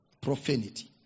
Profanity